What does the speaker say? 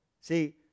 See